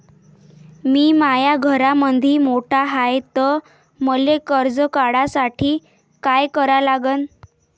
मी माया घरामंदी मोठा हाय त मले कर्ज काढासाठी काय करा लागन?